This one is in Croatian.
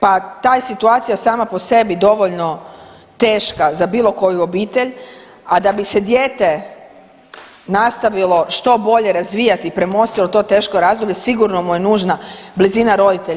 Pa ta je situacija sama po sebi dovoljno teška za bilo koju obitelj, a da bi se dijete nastavilo što bolje razvijati i premostilo to teško razdoblje sigurno mu je nužna blizina roditelja.